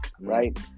right